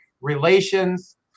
relations